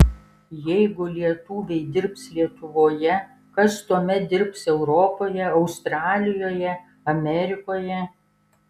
jeigu lietuviai dirbs lietuvoje kas tuomet dirbs europoje australijoje amerikoje